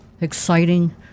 exciting